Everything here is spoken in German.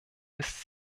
ist